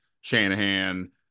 Shanahan